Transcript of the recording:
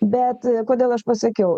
bet kodėl aš pasakiau